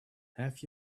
have